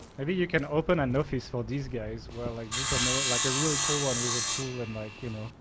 maybe you can open an office for these guys. well, i don't know what like a really cool one was a pool and like you know,